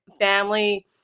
family